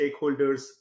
stakeholders